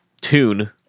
tune